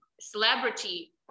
celebrity